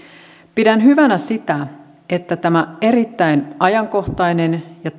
pidän hyvänä sitä että tämä erittäin ajankohtainen ja